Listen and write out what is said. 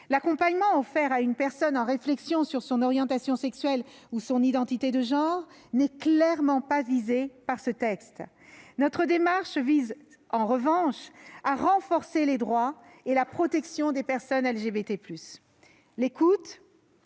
L'accompagnement offert à une personne en réflexion sur son orientation sexuelle ou son identité de genre n'est clairement pas visé par ce texte. Notre démarche vise en revanche à renforcer les droits et la protection des personnes LGBT+. L'écoute,